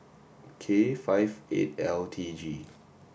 K five eight L T G